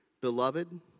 Beloved